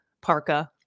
parka